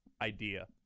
idea